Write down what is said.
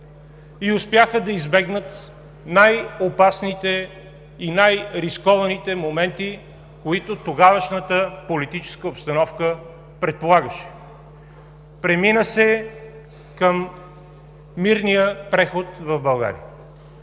и успяха да избегнат най-опасните и най-рискованите моменти, които тогавашната политическа обстановка предполагаше. Премина се към мирния преход в България.